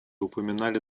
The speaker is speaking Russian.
упоминали